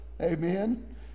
amen